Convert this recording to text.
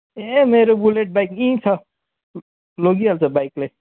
ए मेरो bullet bike यहीँ छ लगिहाल्छ बाइकले